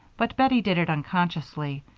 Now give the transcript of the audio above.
but bettie did it unconsciously,